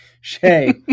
Shay